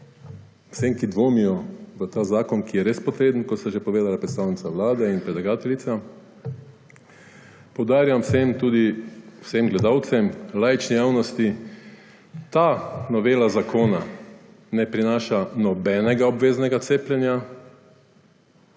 vsem, ki dvomijo v ta zakon, ki je res potreben, kot je že povedale predstavnica vlade in predlagateljica, poudarjam vsem, tudi vsem gledalcem, laični javnosti, ta novela zakona ne prinaša nobenega obveznega cepljenja.